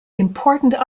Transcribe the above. important